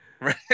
Right